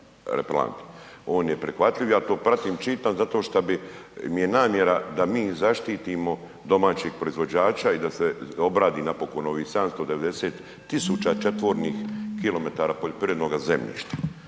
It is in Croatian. On je prihvatljiv, a to pratim, čitam zato šta bi mi je namjera da mi zaštitimo domaće proizvođača i da se obradi napokon ovih 790 tisuća četvornih kilometara poljoprivrednoga zemljišta